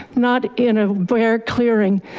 not in a vmware clearing,